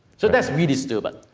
so, that's really stupid.